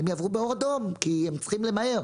הם יעברו באור אדום כי הם צריכים למהר.